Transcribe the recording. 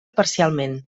parcialment